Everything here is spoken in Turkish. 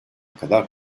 kadar